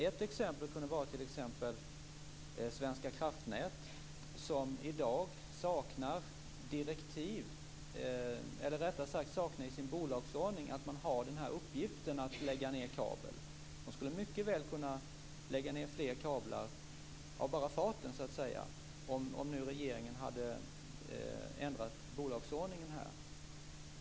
Jag vill som ett exempel nämna Svenska kraftnät, som i sin bolagsordning saknar detta att man har som uppgift att lägga ned kabel. Svenska kraftnät skulle mycket väl kunna lägga ned fler kablar av bara farten, om regeringen hade ändrat bolagsordningen.